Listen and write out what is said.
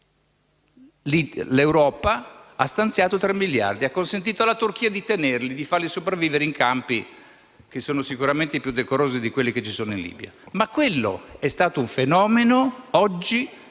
L'Europa ha stanziato 3 miliardi e ha consentito alla Turchia di tenerli e di farli sopravvivere in campi che sono sicuramente più decorosi di quelli che ci sono in Libia. Ma quello è stato un fenomeno,